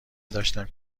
داشتم